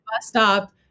stop